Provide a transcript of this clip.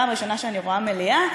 פעם ראשונה שאני רואה מליאה,